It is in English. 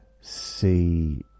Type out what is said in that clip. see